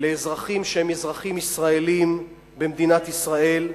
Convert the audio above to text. לאזרחים שהם אזרחים ישראלים במדינת ישראל.